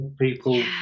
people